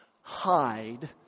hide